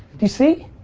do you see?